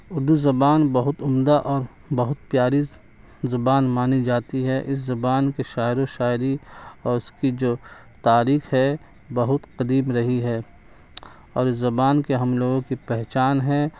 اردو زبان بہت عمدہ اور بہت پیاری زبان مانی جاتی ہے اس زبان کے شعر و شاعری اور اس کی جو تاریخ ہے بہت قدیم رہی ہے اور اس زبان کے ہم لوگوں کی پہچان ہے